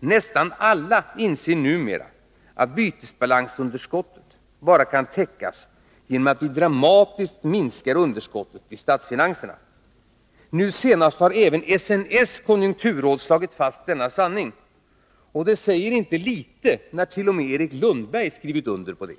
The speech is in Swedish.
Nästan alla inser numera att bytesbalansunderskottet bara kan täckas genom en dramatisk minskning av underskottet i statsfinanserna. Nu senast har även SNS konjunkturråd slagit fast denna sanning. Och det säger inte litet när t.o.m. Erik Lundberg har skrivit under på det.